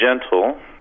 gentle